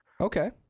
Okay